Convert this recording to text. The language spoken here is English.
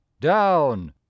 down